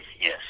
yes